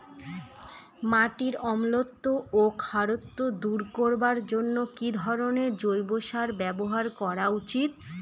মাটির অম্লত্ব ও খারত্ব দূর করবার জন্য কি ধরণের জৈব সার ব্যাবহার করা উচিৎ?